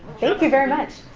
thank you very much.